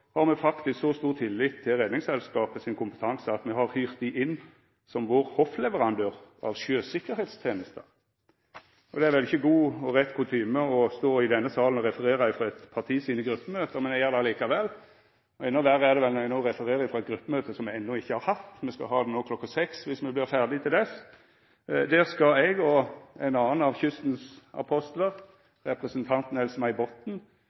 har me faktisk så stor tillit til Redningsselskapet sin kompetanse at me har hyrt dei inn som vår hoffleverandør av sjøsikkerheitstenester. Det er vel ikkje god og rett kutyme å stå i denne salen og referera frå eit parti sine gruppemøte, men eg gjer det likevel. Endå verre er det vel når eg no refererer frå eit gruppemøte som me enno ikkje har hatt – me skal ha det no kl. 18 viss me vert ferdige til då. Der skal eg og ein annan av kystens apostlar, representanten Else-May Botten,